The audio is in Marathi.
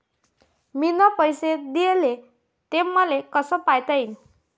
मिन पैसे देले, ते मले कसे पायता येईन?